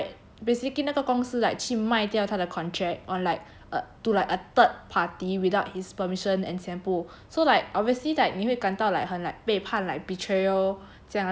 then 然后 right basically 哪个公司 like 去卖掉他的 contract on like a to like a third party without his permission and 前部 so like obviously like 你会感到很 like 背叛 like betrayal